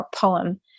poem